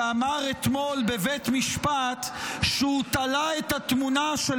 שאמר אתמול בבית משפט שהוא תלה את התמונה של